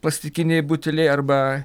plastikiniai buteliai arba